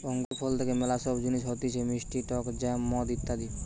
আঙ্গুর ফল থেকে ম্যালা সব জিনিস হতিছে মিষ্টি টক জ্যাম, মদ ইত্যাদি